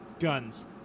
Guns